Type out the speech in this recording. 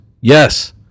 Yes